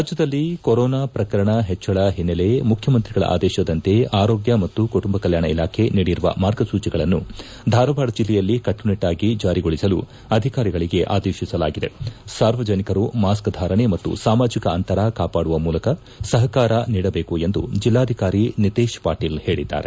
ರಾಜ್ಯದಲ್ಲಿ ಕೊರೋನಾ ಪ್ರಕರಣ ಹೆಚ್ಚಳ ಹಿನ್ನೆಲೆ ಮುಖ್ಯಮಂತ್ರಿಗಳ ಆದೇಶದಂತೆ ಆರೋಗ್ಯ ಮತ್ತು ಕುಟುಂಬ ಕಲ್ಕಾಣ ಇಲಾಖೆ ನೀಡಿರುವ ಮಾರ್ಗಸೂಚಿಗಳನ್ನು ಧಾರವಾಡ ಜಿಲ್ಲೆಯಲ್ಲಿ ಕಟ್ಟುನಿಟ್ಟಾಗಿ ಜಾರಿಗೊಳಿಸಲು ಅಧಿಕಾರಿಗಳಿಗೆ ಅದೇಶಿಸಲಾಗಿದೆ ಸಾರ್ವಜನಿಕರು ಮಾಸ್ಕ್ ಧಾರಣೆ ಮತ್ತು ಸಾಮಾಜಿಕ ಅಂತರ ಕಾಪಾಡುವ ಮೂಲಕ ಸಹಕಾರ ನೀಡಬೇಕೆಂದು ಜಿಲ್ಲಾಧಿಕಾರಿ ನಿತೇಶ್ ಪಾಟೀಲ ಹೇಳಿದ್ದಾರೆ